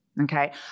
Okay